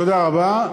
תודה רבה.